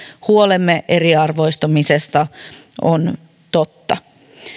huolemme eriarvoistumisesta on totta